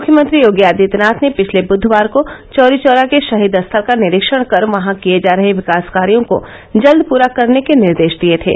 मुख्यमंत्री योगी आदित्यनाथ ने पिछले बुधवार को चौरीचौरा के शहीद स्थल का निरीक्षण कर वहां किये जा रहे विकास कार्यो को जल्द पुरा करने के निर्देश दिये थे